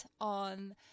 on